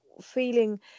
feeling